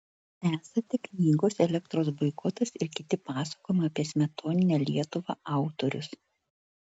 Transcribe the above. esate knygos elektros boikotas ir kiti pasakojimai apie smetoninę lietuvą autorius